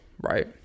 right